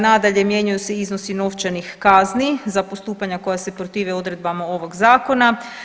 Nadalje, mijenjaju se iznosi novčanih kazni za postupanja koja se protive odredbama ovog zakona.